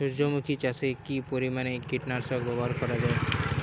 সূর্যমুখি চাষে কি পরিমান কীটনাশক ব্যবহার করা যায়?